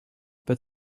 but